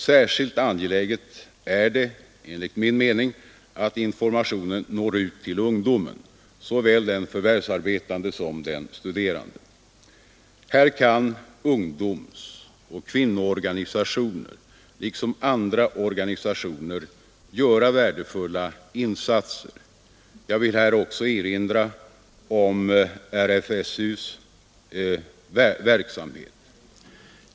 Särskilt angeläget är det enligt min mening att informationen når ut till ungdomen, såväl den förvärvsarbetande som den studerande. Här kan ungdomsoch kvinnoorganisationer liksom andra organisationer göra värdefulla insatser; jag vill här också erinra om RFSU:s verksamhet.